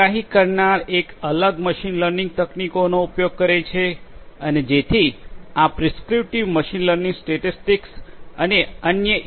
આગાહી કરનાર એક અલગ મશીન લર્નિંગ તકનીકોનો ઉપયોગ કરે છે અને જેથી આ પ્રિસ્ક્રિપ્ટિવ મશીન લર્નિંગ સ્ટેટિસ્ટિક્સ અને અન્ય એ